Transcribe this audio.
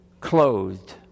clothed